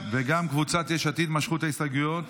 --- וגם קבוצת יש עתיד משכו את ההסתייגויות.